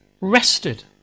rested